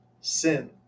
sin